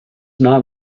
not